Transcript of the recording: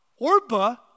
Orba